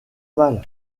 mal